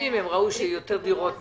וראו שיותר דירות נמכרו,